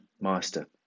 master